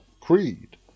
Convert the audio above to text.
Creed